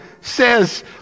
says